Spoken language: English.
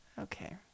Okay